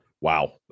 Wow